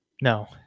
no